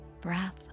breath